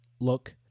look